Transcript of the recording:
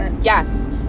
Yes